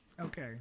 Okay